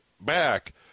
back